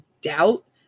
doubt